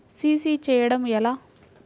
CC చేయడము ఎలా?